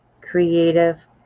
creative